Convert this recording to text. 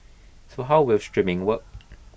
so how will streaming work